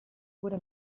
wurde